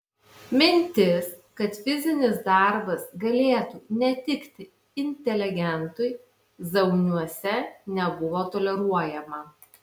mintis kad fizinis darbas galėtų netikti inteligentui zauniuose nebuvo toleruojama